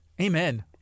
Amen